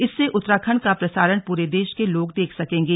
इससे उत्तराखंड का प्रसारण पूरे देश के लोग देख सकेंगे